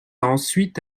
ensuite